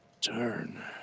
turn